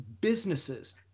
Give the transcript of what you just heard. businesses